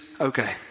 okay